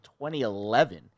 2011